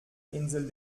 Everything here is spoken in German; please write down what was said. insel